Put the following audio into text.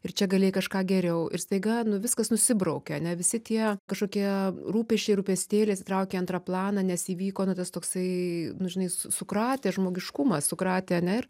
ir čia galėjai kažką geriau ir staiga nu viskas nusibraukia ane visi tie kažkokie rūpesčiai rūpestėliai atsitraukė į antrą planą nes įvyko nu tas toksai nu žinai sukratė žmogiškumą sukratė ane ir